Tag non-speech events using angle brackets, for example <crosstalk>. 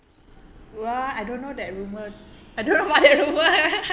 what I don't know that rumour I don't know about that rumour <laughs>